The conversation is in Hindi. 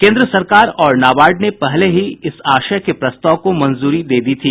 केन्द्र सरकार और नाबार्ड ने पहले ही इस आशय के प्रस्ताव को मंजूरी दे दी थी